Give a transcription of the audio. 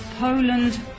Poland